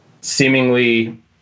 seemingly